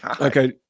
okay